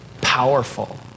powerful